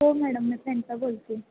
हो मॅडम मी प्रनिता बोलते